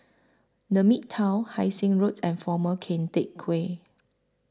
The Midtown Hai Sing Road and Former Keng Teck Whay